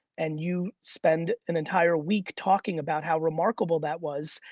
and you spend an entire week talking about how remarkable that was,